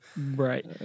right